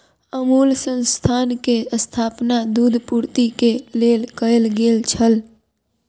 अमूल संस्थान के स्थापना दूध पूर्ति के लेल कयल गेल छल